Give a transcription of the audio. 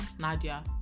Nadia